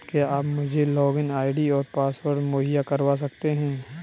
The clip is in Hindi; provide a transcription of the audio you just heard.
क्या आप मुझे लॉगिन आई.डी और पासवर्ड मुहैय्या करवा सकते हैं?